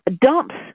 dumps